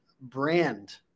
brand